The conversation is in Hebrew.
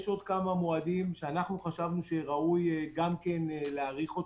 יש עוד כמה מועדים, שאנחנו חשבנו שראוי גם להאריך.